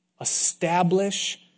Establish